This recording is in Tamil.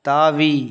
தாவி